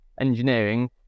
engineering